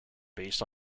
based